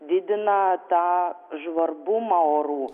didina tą žvarbumą orų